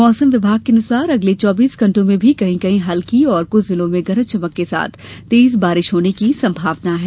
मौसम विभाग के अनुसार अगले चौबीस घंटों में भी कहीं कहीं हल्की और कुछ जिलों में गरज चमक के साथ तेज बारिश होने की संभावना है